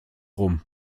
rum